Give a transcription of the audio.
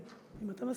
כן, אם אתה מסכים.